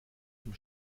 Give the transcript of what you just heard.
dem